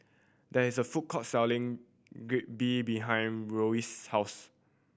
there is a food court selling Jalebi behind Reyes' house